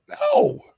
No